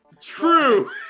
True